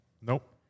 Nope